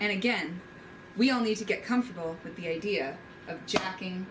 and again we all need to get comfortable with the idea of jacking